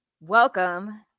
Welcome